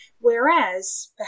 whereas